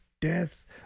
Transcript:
death